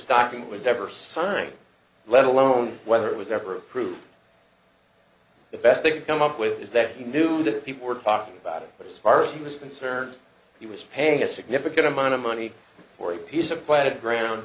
signed let alone whether it was never approved the best they could come up with is that he knew that people were talking about it but as far as he was concerned he was paying a significant amount of money for a piece of plastic ground